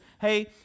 Hey